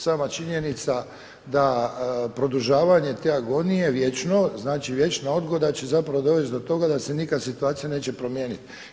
Sama činjenica da produžavanje te agonije vječno, znači vječna odgoda će zapravo dovesti do toga da se nikad situacija neće promijeniti.